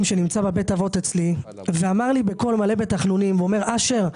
שנמצא בבית האבות אצלי ואמר לי בקול מלא בתחנונים: "אשר,